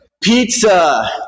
pizza